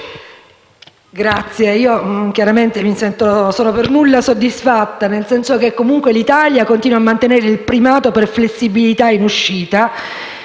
Presidente, chiaramente non sono per nulla soddisfatta, nel senso che comunque l'Italia continua a mantenere il primato per flessibilità in uscita